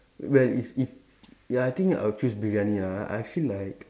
well is if ya I think I'll choose briyani ah I feel like